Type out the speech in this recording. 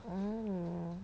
mm